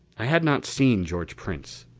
i had not seen george prince.